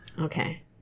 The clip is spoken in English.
Okay